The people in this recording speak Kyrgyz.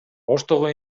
оштогу